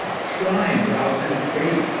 shrine to alexander the great